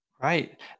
Right